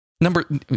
Number